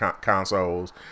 consoles